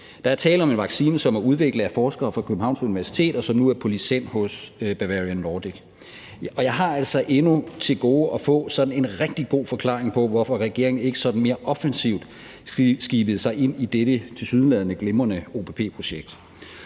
Der er tale om en vaccine, som er udviklet af forskere fra Københavns Universitet, og som nu er på licens hos Bavarian Nordic. Og jeg har altså endnu til gode at få sådan en rigtig god forklaring på, hvorfor regeringen ikke mere offensivt skibede sig ind i dette tilsyneladende glimrende OPP-projekt.